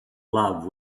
love